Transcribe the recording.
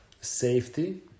safety